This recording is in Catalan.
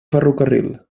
ferrocarril